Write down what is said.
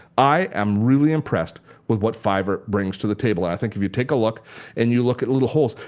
i am really impressed with what fiverr brings you to the table. and i think if you take a look and you look at little holes,